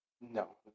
No